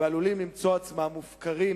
ועלולים למצוא עצמם מופקרים,